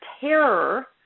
terror